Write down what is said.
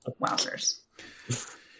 Wowzers